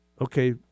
Okay